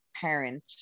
parent